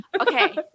Okay